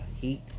Heat